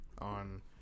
on